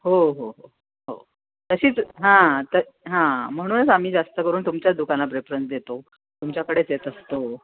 हो हो हो हो तशीच हां तर हां म्हणूनच आम्ही जास्त करून तुमच्याच दुकाना प्रेफरन्स देतो तुमच्याकडेच येत असतो